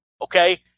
Okay